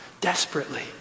desperately